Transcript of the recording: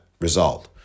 result